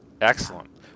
Excellent